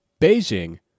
Beijing